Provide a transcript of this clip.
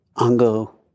Ango